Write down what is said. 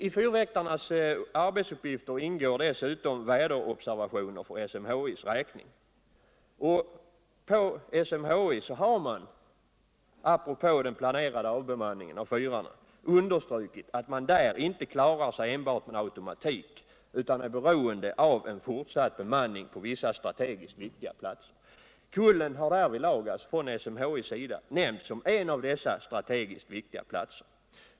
I fyrväktarnas arbetsuppgifter ingår dessutom väderobservationer för SMHI:s räkning. På SMHI har man apropå den planerade avbemanningen av fyrarna understrukit att man där inte klarar sig enbart med automatik utan är beroende av en fortsatt bemanning på vissa strategiskt viktiga platser. Kullen har från SMITI:s sida nämnts som en av dessa strategiskt viktiga platser.